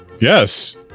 Yes